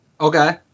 Okay